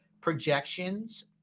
projections